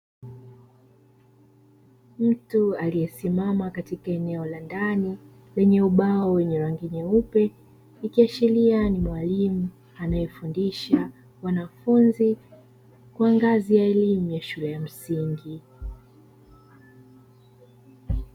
Mtu aliyesimama katika eneo la ndani, lenye ubao wenye rangi nyeupe, ikiashiria ni mwalimu anayefundisha wanafunzi wa ngazi ya elimu ya shule ya msingi.